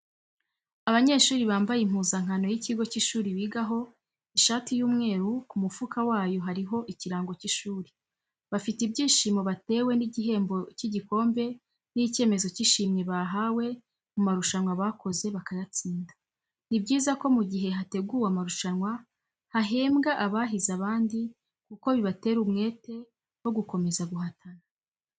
Abanyeshuri bambaye impuzankano y'ikigo cy'ishuri bigaho, ishati y'umweru ku mufuka wayo hariho ikirango cy'ishuri, bafite ibyishimo batewe n'igihembo cy'igikombe n'icyemezo cy'ishimwe bahawe mu marushanwa bakoze bakayatsinda. Ni byiza ko mu gihe hateguwe amarusanwa hahembwa abahize abandi kuko bibatera n'umwete wo gukomeza guhatana.